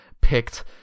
picked